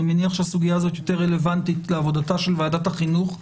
אני מניח שהסוגיה הזאת יותר רלוונטית לעבודתה של ועדת החינוך.